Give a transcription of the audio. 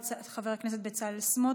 חבר הכנסת בצלאל סמוטריץ'.